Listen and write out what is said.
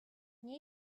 nie